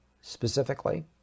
specifically